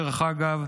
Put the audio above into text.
דרך אגב,